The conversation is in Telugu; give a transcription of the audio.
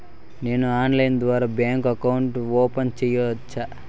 నేను ఆన్లైన్ ద్వారా బ్యాంకు అకౌంట్ ఓపెన్ సేయొచ్చా?